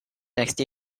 next